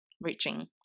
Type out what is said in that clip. reaching